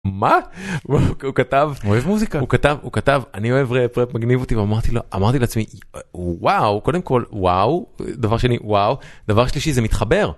מה? הוא כתב מוזיקה הוא כתב הוא כתב אני אוהב מגניב אותי ואמרתי לו אמרתי לעצמי וואו קודם כל וואו דבר שני וואו דבר שלישי זה מתחבר.